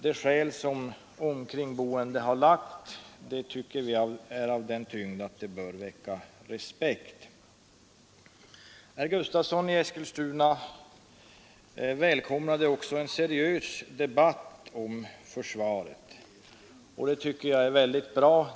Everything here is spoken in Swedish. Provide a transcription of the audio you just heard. De skäl som omkringboende i detta fall har anfört tycker vi har sådan tyngd att de bör väcka respekt. Herr Gustavsson i Eskilstuna välkomnade också en seriös debatt om försvaret, och det tycker jag är mycket bra.